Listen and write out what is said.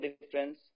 difference